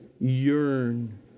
yearn